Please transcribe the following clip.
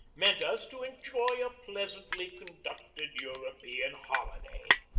meant us to enjoy a pleasantly conducted european holiday.